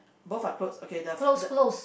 both are clothes okay the the